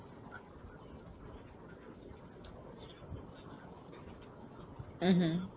mmhmm